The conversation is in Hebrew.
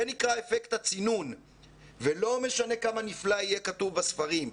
זה נקרא אפקט הצינון ולא משנה כמה נפלא יהיה כתוב בספרים.